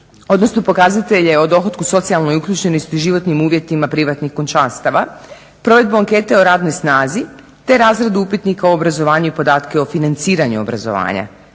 odnosno pokazatelje o dohotku, socijalnoj uključenosti, životnim uvjetima privatnih kućanstava, provedbu ankete o radnoj snazi te razredu upitnika o obrazovanju i podatke o financiranju obrazovanja.